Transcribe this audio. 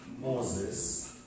Moses